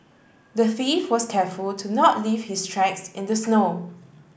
the thief was careful to not leave his tracks in the snow